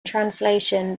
translation